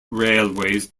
railways